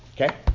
Okay